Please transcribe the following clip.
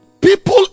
people